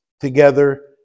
together